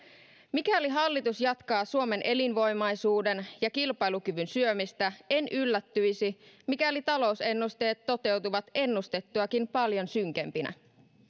mikäli hallitus jatkaa suomen elinvoimaisuuden ja kilpailukyvyn syömistä en yllättyisi mikäli talousennusteet toteutuvat ennustettuakin paljon synkempinä